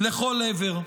לכל עבר.